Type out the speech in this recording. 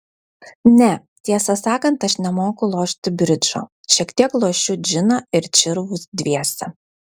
ne tiesą sakant aš nemoku lošti bridžo šiek tiek lošiu džiną ir čirvus dviese